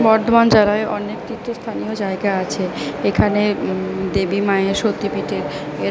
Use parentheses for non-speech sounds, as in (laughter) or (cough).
বর্ধমান (unintelligible) অনেক তীর্থস্থানীয় জায়গা আছে এখানে দেবী মায়ের সতীপীটের